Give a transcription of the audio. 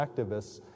activists